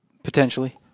Potentially